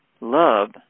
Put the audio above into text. Love